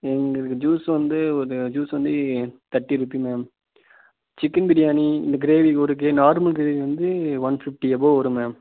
எங்களுக்கு ஜூஸ் வந்து ஒரு ஜூஸ் வந்து தேட்டி ருப்பி மேம் சிக்கன் பிரியாணி இந்த கிரேவி ஒரு கிரேவி நார்மல் கிரேவி வந்து ஒன் ஃபிஃப்டி எபோவ் வரும் மேம்